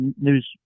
news